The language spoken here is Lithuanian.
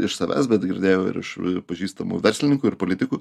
iš savęs bet girdėjau ir iš pažįstamų verslininkų ir politikų